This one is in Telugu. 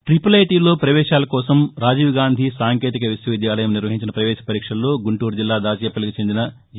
ట్రిపుల్ ఐటీలో పవేశాల కోసం రాజీవ్ గాంధీ సాంకేతిక విశ్వ విద్యాలయం నిర్వహించిన ప్రవేశ పరీక్షల్లో గుంటూరు జిల్లా దాచేపల్లికి చెందిన జి